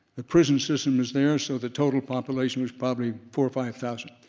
the prison system is there so the total population is probably four or five thousand.